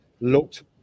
looked